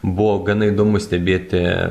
buvo gana įdomu stebėti